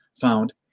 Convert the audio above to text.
found